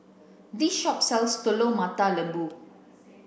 this shop sells telur mata lembu